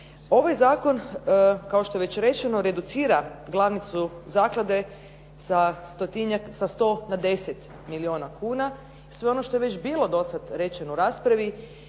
Ovaj zakon, kao što je već rečeno, reducira glavnicu zaklade sa 100 na 10 milijuna kuna i sve ono što je već bilo dosad rečeno u raspravi,